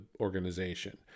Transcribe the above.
organization